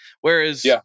Whereas